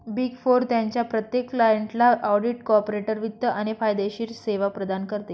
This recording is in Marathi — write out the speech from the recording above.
बिग फोर त्यांच्या प्रत्येक क्लायंटला ऑडिट, कॉर्पोरेट वित्त आणि कायदेशीर सेवा प्रदान करते